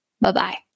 Bye-bye